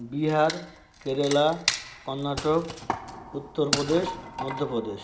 Bihar Kerala Karnataka Uttar Pradesh Madhya Pradesh